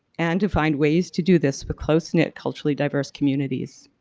and to find ways to do this with close-knit culturally diverse communities.